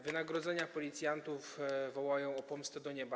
Wynagrodzenia policjantów wołają o pomstę do nieba.